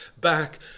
back